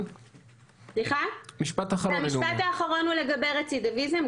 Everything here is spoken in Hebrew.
המשפט האחרון הוא לגבי רצידיביזם,